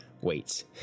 wait